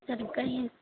సరిగ్గా ఈ